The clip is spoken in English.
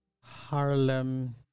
Harlem